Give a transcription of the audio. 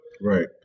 Right